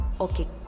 okay